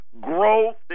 growth